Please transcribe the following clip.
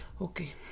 Okay